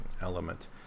element